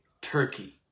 Turkey